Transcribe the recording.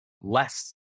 less